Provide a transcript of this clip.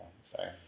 Sorry